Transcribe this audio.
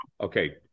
okay